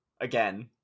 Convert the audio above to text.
Again